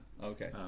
Okay